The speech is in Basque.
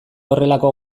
horrelako